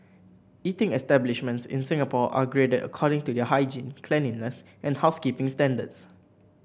eating establishments in Singapore are graded according to their hygiene cleanliness and housekeeping standards